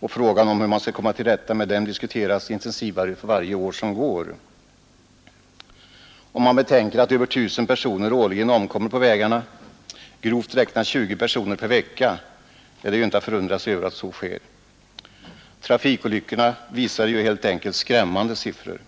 och problemet hur man skall komma till rätta med dem diskuteras intensivare för varje år som går. Om man betänker att över 1 000 personer årligen omkommer på vägarna, grovt räknat 20 personer per vecka, är det ju inte att förundra sig över att denna diskussion ständigt återkommer och att den är så livlig. Trafikolycksfallsstatistiken visar skrämmande siffror.